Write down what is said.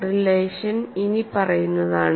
relation ഇനിപ്പറയുന്നതാണ്